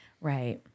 Right